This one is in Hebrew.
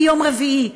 מיום רביעי,